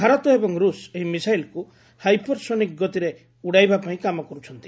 ଭାରତ ଏବଂ ରୁଷ ଏହି ମିଶାଇଲକୁ ହାଇପରସୋନିକ୍ ଗତିରେ ଉଡାଇବା ପାଇଁ କାମ କର୍ବଛନ୍ତି